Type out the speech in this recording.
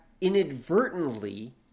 inadvertently